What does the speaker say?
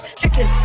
chicken